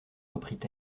reprit